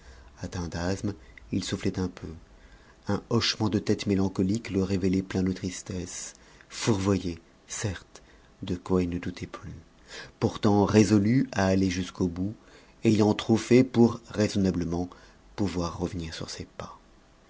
atteint d'asthme il soufflait un peu un hochement de tête mélancolique le révélait plein de tristesse fourvoyé certes de quoi il ne doutait plus pourtant résolu à aller jusqu'au bout ayant trop fait pour raisonnablement pouvoir revenir sur ses pas